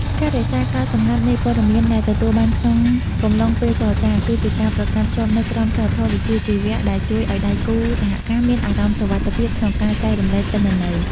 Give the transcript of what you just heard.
ការរក្សាការសម្ងាត់នៃព័ត៌មានដែលទទួលបានក្នុងកំឡុងពេលចរចា គឺជាការប្រកាន់ខ្ជាប់នូវក្រមសីលធម៌វិជ្ជាជីវៈដែលជួយឱ្យដៃគូសហការមានអារម្មណ៍សុវត្ថិភាពក្នុងការចែករំលែកទិន្នន័យ។